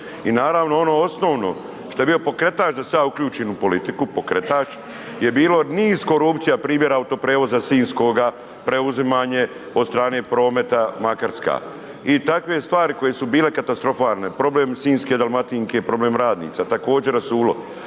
I naravno ono osnovno, što je bio pokretač da se ja uključim u politiku, pokretač je bilo niz korupcija primjera Autoprijevoza sinjskoga, preuzimanje od strane Prometa Makarska. I takve stvari koje su bile katastrofalne, problem sinjske Dalmatinke, problem radnica, također rasulo,